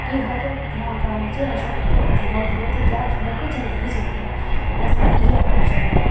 एह् हर ग्रां ग्रां बिच्च आशा वर्कर होंदी के होंदी ऐ ते उत्थे आशा वर्कर जंदी के जंदी ऐ बस्स मैं इये आखना चाहन्नी आं